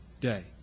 day